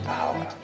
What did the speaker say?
power